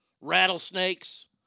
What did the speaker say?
rattlesnakes